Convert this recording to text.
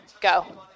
Go